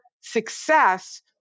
success